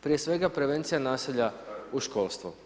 Prije svega, prevencija nasilja u školstvu.